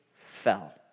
fell